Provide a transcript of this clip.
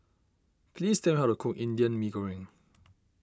please tell me how to cook Indian Mee Goreng